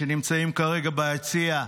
שנמצאים כרגע ביציע,